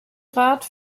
rat